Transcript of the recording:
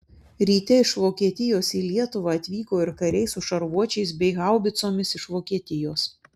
ryte iš vokietijos į lietuvą atvyko ir kariai su šarvuočiais bei haubicomis iš vokietijos